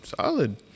solid